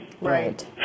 Right